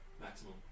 maximum